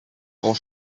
grand